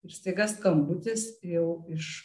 ir staiga skambutis jau iš